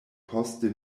poste